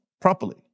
properly